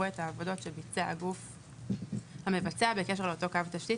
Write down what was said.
את העבודות שביצע הגוף המבצע בקשר לאותו קו תשתית,